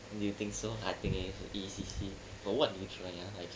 do you think so I think E_C_C but what were you trying uh